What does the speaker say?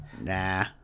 Nah